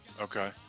Okay